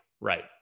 Right